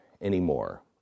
anymore